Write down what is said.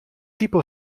tipo